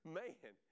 man